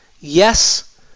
yes